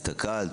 הסתכלת,